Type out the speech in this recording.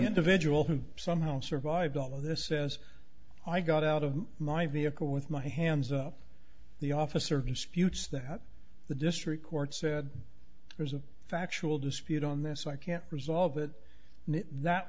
individual who somehow survived all of this says i got out of my vehicle with my hands up the officer disputes that the district court said there's a factual dispute on this i can't resolve it that